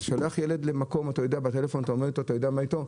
אתה שולח ילד למקום ואז בטלפון אתה יודע מה איתו.